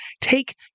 take